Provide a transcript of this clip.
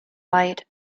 light